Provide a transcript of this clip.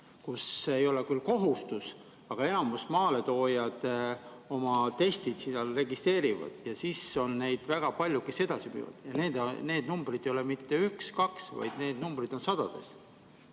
See ei ole küll kohustus, aga enamik maaletoojaid oma testid seal registreerivad ja siis on neid väga palju, kes edasi müüvad. Need numbrid ei ole mitte üks-kaks, vaid need numbrid on sadades.